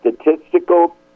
statistical